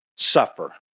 suffer